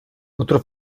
otro